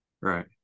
Right